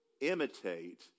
imitate